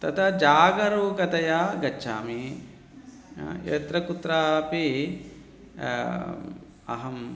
तदा जागरूकतया गच्छामि यत्र कुत्रापि अहं